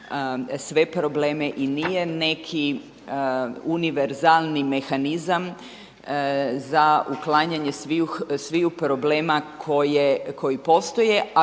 sve probleme i nije neki univerzalni mehanizam za uklanjanje svih problema koji postoje